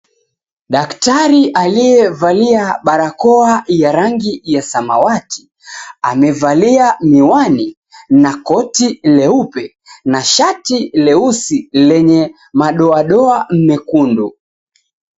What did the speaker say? Daktari aliyevalia barakoa ya rangi ya samawati, amevalia miwani na koti leupe, na shati leusi lenye madoadoa mekundu.